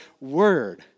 word